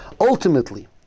ultimately